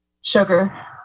sugar